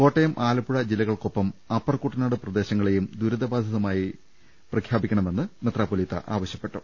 കോട്ടയം ആലപ്പുഴ ജില്ലകൾക്കൊപ്പം അപ്പർ കുട്ടനാട് പ്രദേശങ്ങ ളെയും ദുരിതബാധിത പ്രദേശമായി പ്രഖ്യാപിക്കണ മെന്നും മെത്രാപ്പൊലീത്ത ആവശ്യപ്പെട്ടു